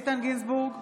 איתן גינזבורג,